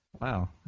Wow